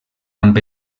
amb